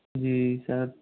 जी sir